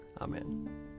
Amen